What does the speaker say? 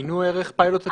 עיינו, ערך פיילוט הקניונים.